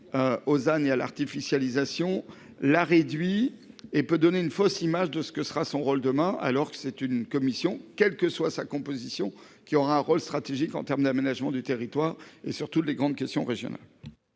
Aux années à l'artificialisation la réduit et peut donner une fausse image de ce que sera son rôle demain alors que c'est une commission, quelle que soit sa composition qui aura un rôle stratégique en termes d'aménagement du territoire et surtout les grandes questions régionales.